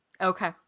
Okay